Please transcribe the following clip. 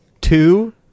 two